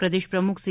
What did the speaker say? પ્રદેશ પ્રમુખ સી